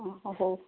ହଁ ହ ହଉ